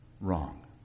wrong